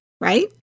right